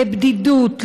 לבדידות,